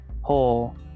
whole